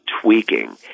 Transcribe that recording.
tweaking